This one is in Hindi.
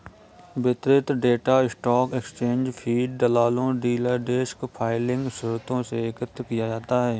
वितरित डेटा स्टॉक एक्सचेंज फ़ीड, दलालों, डीलर डेस्क फाइलिंग स्रोतों से एकत्र किया जाता है